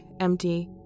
empty